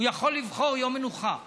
הוא יכול לבחור יום מנוחה ולהגיד: